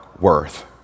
worth